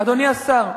אדוני השר,